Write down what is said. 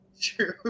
True